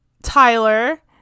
Tyler